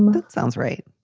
um that sounds right.